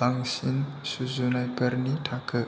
बांसिन सुजुनायफोरनि थाखो